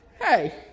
Hey